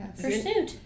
pursuit